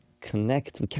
connect